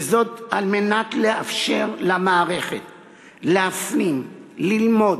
וזאת על מנת לאפשר למערכות להפנים, ללמוד,